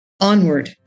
onward